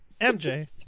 MJ